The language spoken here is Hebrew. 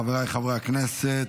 חבריי חברי הכנסת,